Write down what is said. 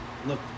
look